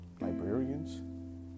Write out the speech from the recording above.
librarians